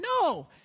No